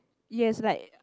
yes like